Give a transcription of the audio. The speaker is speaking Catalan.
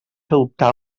adoptar